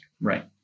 Right